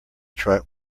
truck